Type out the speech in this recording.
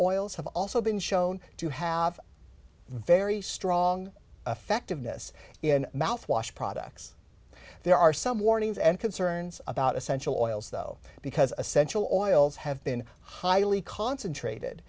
oils have also been shown to have very strong effectiveness in mouthwash products there are some warnings and concerns about essential oils though because essential oils have been highly concentrated